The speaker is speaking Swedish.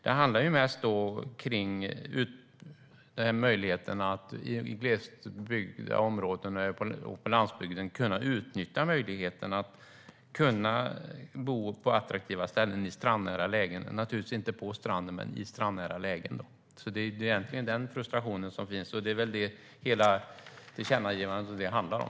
Det handlar mest om möjligheten att i glesbebyggda områden och på landsbygden kunna utnyttja möjligheten att bo på attraktiva ställen i strandnära lägen, naturligtvis inte på stranden utan i strandnära lägen. Det är den frustrationen som finns, och det är väl det hela tillkännagivandet handlar om.